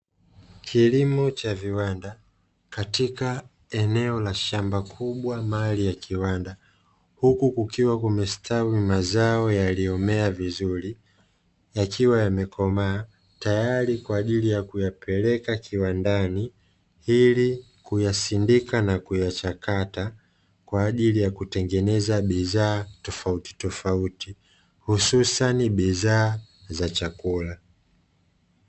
Kilimo cha viwanda katika eneo la shamba kubwa mali ya kiwanda huku kukiwa kumestawi mazao yaliyomea vizuri yakiwa yamekomaa tayari kwa ajili ya kuyapeleka kiwandani, ili kuyasindika na kuyachakata kwa ajili ya kutengeneza bidhaa tofautitofauti hususani bidhaa za chakula.